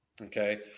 Okay